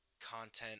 content